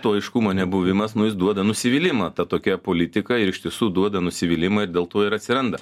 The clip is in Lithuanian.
to aiškumo nebuvimas nu jis duoda nusivylimą ta tokia politika ir iš tiesų duoda nusivylimą ir dėl to ir atsiranda